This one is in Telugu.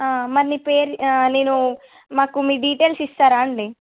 మరి నీ పేరు నేను మాకు మీ డీటెయిల్స్ ఇస్తారా అండి